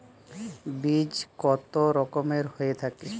বীজ কত রকমের হয়ে থাকে?